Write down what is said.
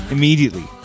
Immediately